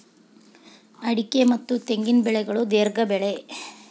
ಅಡಿಕೆ ಮತ್ತ ತೆಂಗಿನ ಬೆಳೆಗಳು ದೇರ್ಘ ಬೆಳೆ